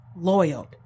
loyal